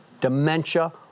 dementia